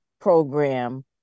program